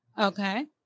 Okay